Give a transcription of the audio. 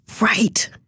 Right